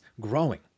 growing